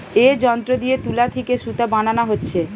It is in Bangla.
এ যন্ত্র দিয়ে তুলা থিকে সুতা বানানা হচ্ছে